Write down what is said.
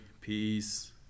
peace